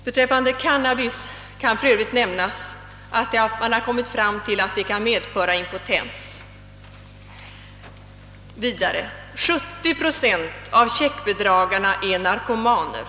Beträffande cannabis kan för övrigt nämnas att man kommit fram till att medlet kan medföra impotens. Vidare är 70 procent av checkbedragarna narkomaner.